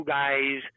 guys